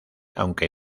aunque